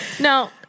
No